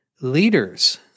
leaders